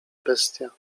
bestia